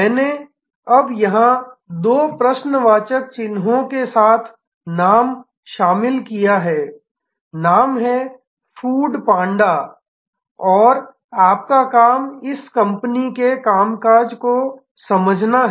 मैंने अब यहां दो प्रश्नवाचक चिह्नों के साथ एक नाम शामिल किया है नाम है फूड पांडा और आपका काम इस कंपनी के कामकाज को समझना है